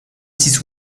six